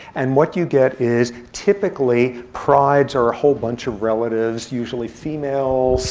and what you get is, typically, prides are a whole bunch of relatives, usually female,